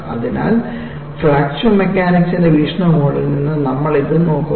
അതിനാൽ ഫ്രാക്ചർ മെക്കാനിക്സിന്റെ വീക്ഷണകോണിൽ നിന്ന് നമ്മൾ ഇത് നോക്കുന്നു